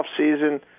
offseason